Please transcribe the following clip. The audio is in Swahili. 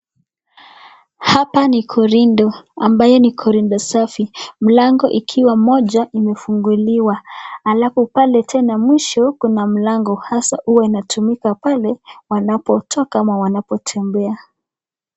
Hapa ni korido ambaye ni korido safi, mlango ikiwa moja imefunguliwa alafu pale tena mwisho kuna mlango hasa huwa inatumika pale wanapotoka ama wanapotembea.